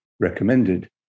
recommended